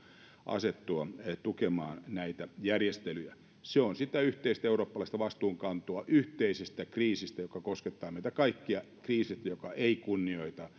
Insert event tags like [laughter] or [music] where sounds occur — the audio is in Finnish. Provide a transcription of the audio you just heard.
asettua tukemaan näitä järjestelyjä se on sitä yhteistä eurooppalaista vastuunkantoa yhteisestä kriisistä joka koskettaa meitä kaikkia kriisistä joka ei kunnioita [unintelligible]